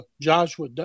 Joshua